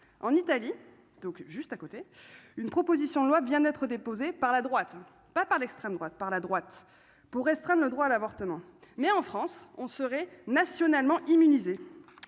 à côté, une proposition de loi vient d'être déposée par la droite, pas par l'extrême droite par la droite pour restreindre le droit à l'avortement, mais en France on serait nationalement immunisé,